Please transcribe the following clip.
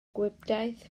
gwibdaith